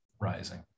rising